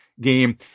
game